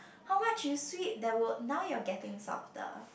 how much you sweep there will now you're getting softer